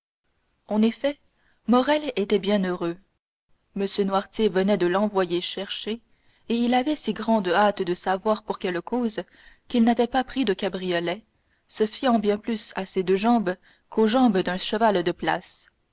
en effet morrel était bien heureux m noirtier venait de l'envoyer chercher et il avait si grande hâte de savoir pour quelle cause qu'il n'avait pas pris de cabriolet se fiant bien plus à ses deux jambes qu'aux jambes d'un cheval de place